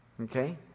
okay